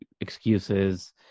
excuses